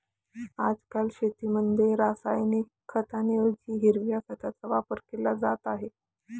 आजकाल शेतीमध्ये रासायनिक खतांऐवजी हिरव्या खताचा वापर केला जात आहे